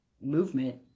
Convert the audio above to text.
movement